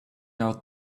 out